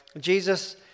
Jesus